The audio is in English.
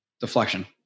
Deflection